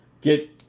Get